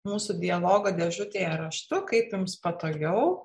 mūsų dialogo dėžutėje raštu kaip jums patogiau